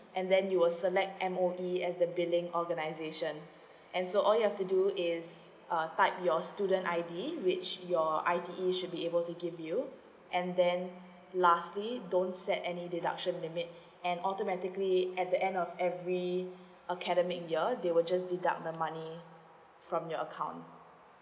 and the you will select M_O_E as the billing organization and so all you have to do is uh type your student I_D which your I_T_E should be able to give you and then lastly don't set any deduction limit and automatically at the end of every academic year they will just deduct the money from your account